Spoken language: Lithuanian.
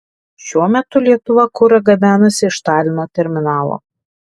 šiuo metu lietuva kurą gabenasi iš talino terminalo